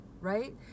right